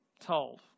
told